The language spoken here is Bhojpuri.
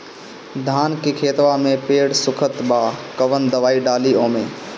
धान के खेतवा मे पेड़ सुखत बा कवन दवाई डाली ओमे?